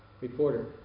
Reporter